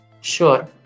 Sure